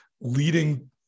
leading